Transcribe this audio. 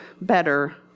better